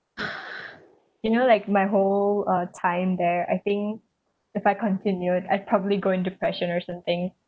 you know like my whole uh time there I think if I continued I'd probably go into depression or something